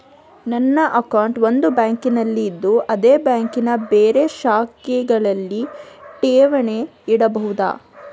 ನನ್ನ ಅಕೌಂಟ್ ಒಂದು ಬ್ಯಾಂಕಿನಲ್ಲಿ ಇದ್ದು ಅದೇ ಬ್ಯಾಂಕಿನ ಬೇರೆ ಶಾಖೆಗಳಲ್ಲಿ ಠೇವಣಿ ಇಡಬಹುದಾ?